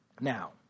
Now